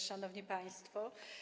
Szanowni Państwo!